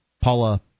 Paula